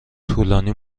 طولانی